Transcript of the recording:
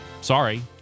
sorry